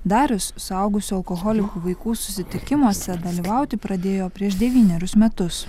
darius suaugusių alkoholikų vaikų susitikimuose dalyvauti pradėjo prieš devynerius metus